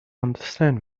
understand